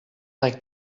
like